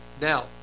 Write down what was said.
now